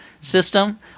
system